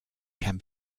can